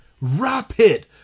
Rapid